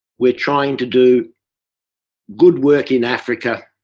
we're trying to do good work in africa.